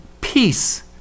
peace